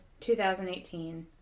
2018